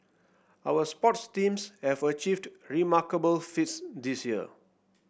our sports teams have achieved remarkable feats this year